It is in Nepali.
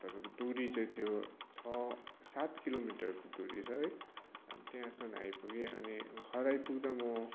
तपाईँको दुरी चाहिँ थियो छ सात किलोमिटरको दुरी छ है अनि त्यहाँसम्म आइपुगेँ अनि घर आइपुग्दा म